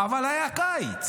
אבל היה קיץ.